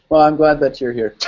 um i'm glad that you're here.